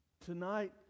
Tonight